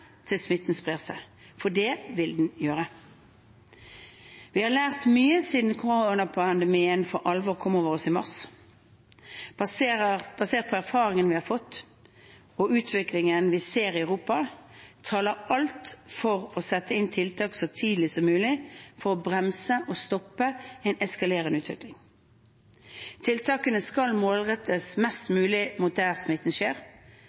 til smitten sprer seg. For det vil den gjøre. Vi har lært mye siden koronapandemien for alvor kom over oss i mars. Basert på erfaringene vi har fått, og utviklingen vi ser i Europa, taler alt for å sette inn tiltak så tidlig som mulig for å bremse og stoppe en eskalerende utvikling. Tiltakene skal målrettes mest mulig mot der smitten skjer,